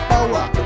Power